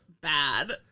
Bad